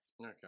Okay